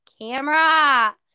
camera